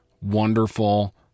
wonderful